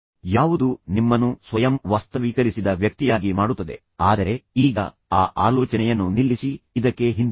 ಯಾವುದು ನಿಮ್ಮನ್ನು ಸ್ವಯಂ ವಾಸ್ತವೀಕರಿಸಿದ ವ್ಯಕ್ತಿಯಾಗಿ ಮಾಡುತ್ತದೆ ಆದರೆ ಈಗ ಆ ಆಲೋಚನೆಯನ್ನು ನಿಲ್ಲಿಸಿ ಇದಕ್ಕೆ ಹಿಂದಿರುಗಿ